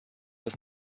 das